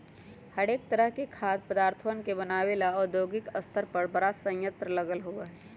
हरेक तरह के खाद्य पदार्थवन के बनाबे ला औद्योगिक स्तर पर बड़ा संयंत्र लगल होबा हई